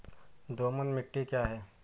दोमट मिट्टी क्या है?